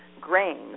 grains